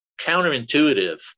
counterintuitive